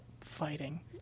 fighting